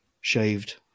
shaved